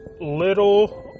little